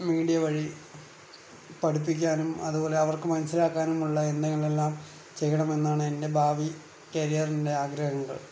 media വഴി പഠിപ്പിക്കാനും അതുപോലെ അവർക്ക് മനസ്സിലാക്കാനും ഉള്ള എന്തെങ്കിലും എല്ലാം ചെയ്യണമെന്നാണ് എൻ്റെ ഭാവി കരിയറിൻ്റെ ആഗ്രഹങ്ങൾ